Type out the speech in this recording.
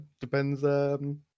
Depends